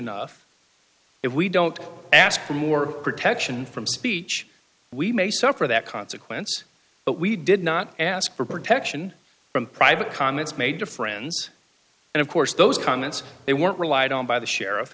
enough if we don't ask for more protection from speech we may suffer that consequence but we did not ask for protection from private comments made to friends and of course those comments they were relied on by the sheriff